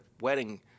wedding